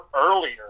earlier